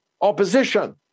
opposition